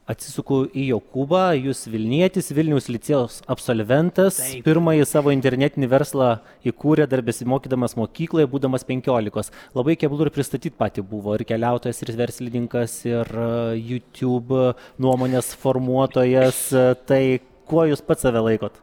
atsisuku į jokūbą jūs vilnietis vilniaus licėjaus absolventas pirmąjį savo internetinį verslą įkūrėt dar besimokydamas mokykloje būdamas penkiolikos labai keblu ir pristatyt patį buvo ir keliautojas ir verslininkas ir jūtiūb nuomonės formuotojas tai kuo jūs pats save laikot